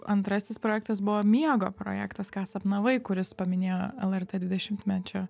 antrasis projektas buvo miego projektas ką sapnavai kuris paminėjo lrt dvidešimtmečio